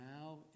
now